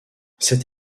cette